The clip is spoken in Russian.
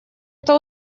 это